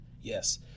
Yes